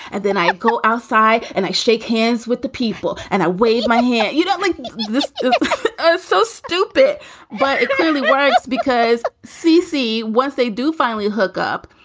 and then i go outside and i shake hands with the people and i wave my hand. you don't. like this is ah so stupid but it clearly works because c c, once they do finally hook up,